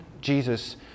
Jesus